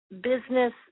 Business